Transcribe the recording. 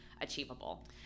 achievable